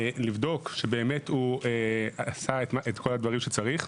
לבדוק שבאמת הוא עשה את כל הדברים שהוא צריך.